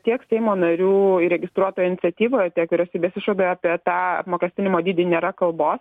tiek seimo narių įregistruotoje iniciatyvoj tiek vyriausybės išvadoje apie tą apmokestinimo dydį nėra kalbos